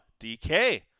DK